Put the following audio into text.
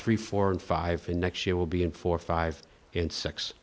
three four and five and next year will be in four five and six